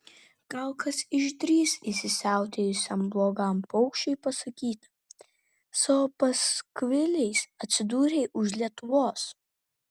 gal kas išdrįs įsisiautėjusiam blogam paukščiui pasakyti savo paskviliais atsidūrei už lietuvos